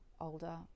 older